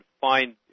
find